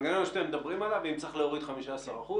אנחנו מחוברים להתאחדות התעשיינים?